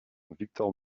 victor